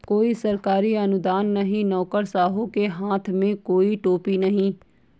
कोई सरकारी अनुदान नहीं, नौकरशाहों के हाथ में कोई टोपी नहीं